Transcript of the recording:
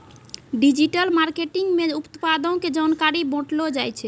digital marketing मे उत्पादो के जानकारी बांटलो जाय छै